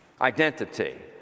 Identity